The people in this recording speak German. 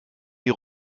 die